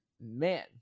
man